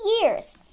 years